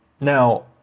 Now